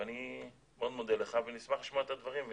ואני מאוד מודה לך ונשמח לשמוע את הדברים.